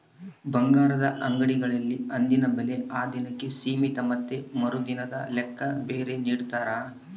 ಬಂಗಾರದ ಅಂಗಡಿಗಳಲ್ಲಿ ಅಂದಿನ ಬೆಲೆ ಆ ದಿನಕ್ಕೆ ಸೀಮಿತ ಮತ್ತೆ ಮರುದಿನದ ಲೆಕ್ಕ ಬೇರೆ ನಿಡ್ತಾರ